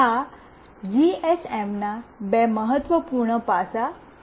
આ જીએસએમના આ બે મહત્વપૂર્ણ પાસા છે